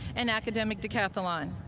and academic decathlon.